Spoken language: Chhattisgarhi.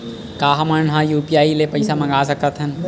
का हमन ह यू.पी.आई ले पईसा मंगा सकत हन?